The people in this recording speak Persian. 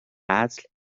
قتل